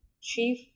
chief